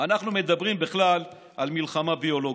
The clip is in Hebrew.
אנחנו מדברים בכלל על מלחמה ביולוגית.